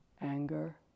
anger